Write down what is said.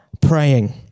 praying